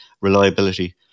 reliability